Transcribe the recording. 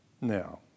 Now